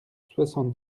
soixante